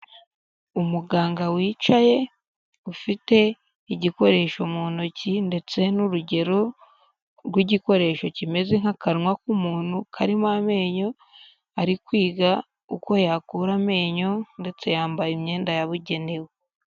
Umuganga wicaye, ufite igikoresho mu ntoki ndetse n'urugero rw'igikoresho kimeze nk'akanwa k'umuntu karimo amenyo, ari kwiga uko yakura amenyo ndetse yambaye imyenda yabugenewe.